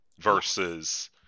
versus